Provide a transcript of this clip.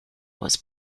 was